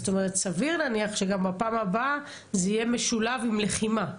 זאת אומרת סביר להניח שגם בפעם הבאה זה יהיה משולב עם לחימה.